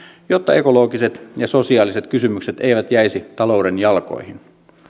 jotta ekologiset ja sosiaaliset kysymykset eivät jäisi talouden jalkoihin